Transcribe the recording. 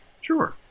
Sure